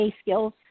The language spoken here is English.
skills